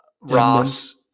Ross